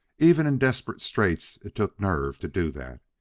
even in desperate straits it took nerve to do that.